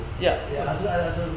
Yes